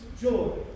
joy